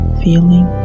feeling